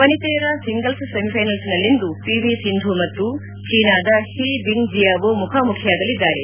ವನಿತೆಯರ singles ಸೆಮಿಫೈನಲ್ಸ್ನಲ್ಲಿಂದು P V Sindhu ಮತ್ತು ಚೀನಾದ ಓ ಬಿಂಗ್ಜಿಯಾವೊ ಮುಖಾಮುಖಿಯಾಗಲಿದ್ದಾರೆ